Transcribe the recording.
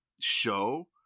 show